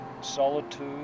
solitude